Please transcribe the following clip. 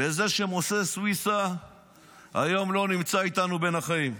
בזה שמשה סויסה היום לא נמצא איתנו בין החיים.